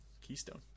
Keystone